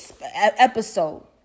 episode